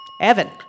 Evan